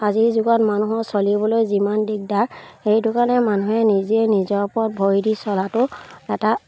আজিৰ যুগত মানুহৰ চলিবলৈ যিমান দিগদাৰ সেইটো কাৰণে মানুহে নিজে নিজৰ ওপৰত ভৰি দি চলাটো এটা